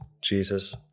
Jesus